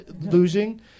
losing